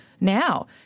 now